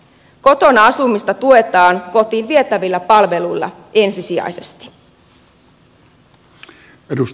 kotona asumista tuetaan kotiin vietävillä palveluilla ensisijaisesti